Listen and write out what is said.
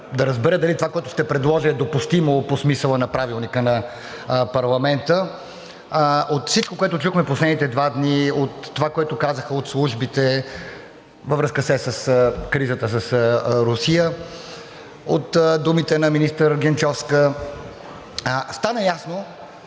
да разбера дали това, което ще предложа, е допустимо по смисъла на Правилника на парламента? От всичко, което чухме в последните два дни, от това, което казаха от службите във връзка с кризата с Русия, от думите на министър Генчовска, след като